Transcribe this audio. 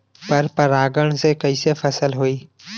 पर परागण से कईसे फसल होई?